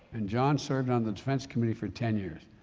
and john served on the defense committee for ten years,